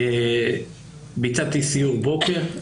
ביצעתי סיור בוקר.